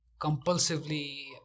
compulsively